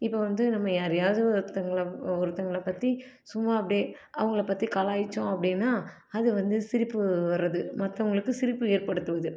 இப்போ வந்து நம்ம யாரையாவது ஒருத்தங்களை ஒருத்தங்களை பற்றி சும்மா அப்படியே அவங்களை பற்றி கலாய்ச்சோம் அப்படின்னா அது வந்து சிரிப்பு வர்றது மற்றவங்களுக்கு சிரிப்பு ஏற்படுத்துவது